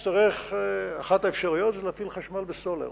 אחת האפשרויות היא להפעיל חשמל בסולר,